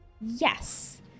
yes